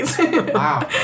Wow